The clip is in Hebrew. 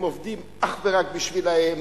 הם עובדים אך ורק בשבילם,